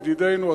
ידידנו,